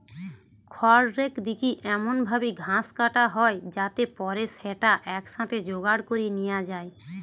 খড়রেক দিকি এমন ভাবি ঘাস কাটা হয় যাতে পরে স্যাটা একসাথে জোগাড় করি নিয়া যায়